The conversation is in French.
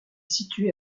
située